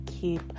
keep